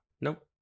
nope